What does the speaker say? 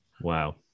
Wow